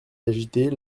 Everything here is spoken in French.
d’agiter